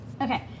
Okay